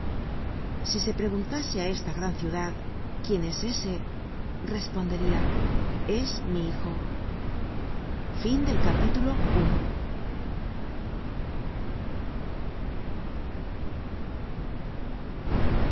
si se preguntase á esta gran ciudad quién es ese responderia es mi hijo content from